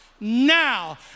now